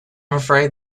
afraid